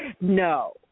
No